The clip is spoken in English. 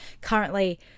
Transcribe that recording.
currently